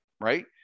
right